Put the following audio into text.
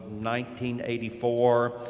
1984